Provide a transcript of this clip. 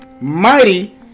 mighty